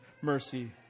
mercy